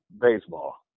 baseball